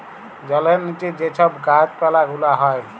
জলের লিচে যে ছব গাহাচ পালা গুলা হ্যয়